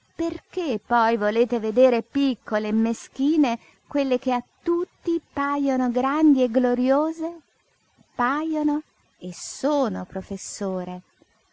perché poi volete vedere piccole e meschine quelle che a tutti pajono grandi e gloriose pajono e sono professore